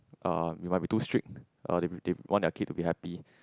uh you might be too strict uh they they want their kid to be happy